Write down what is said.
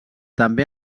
també